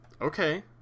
Okay